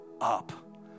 up